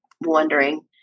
wondering